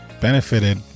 benefited